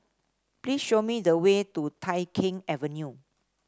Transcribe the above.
please show me the way to Tai Keng Avenue